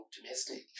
optimistic